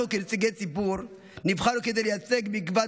אנחנו כנציגי ציבור נבחרנו כדי לייצג מגוון